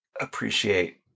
appreciate